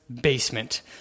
basement